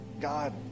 God